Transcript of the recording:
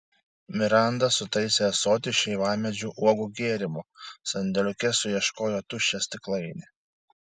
miranda sutaisė ąsotį šeivamedžių uogų gėrimo sandėliuke suieškojo tuščią stiklainį